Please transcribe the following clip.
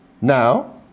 Now